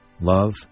love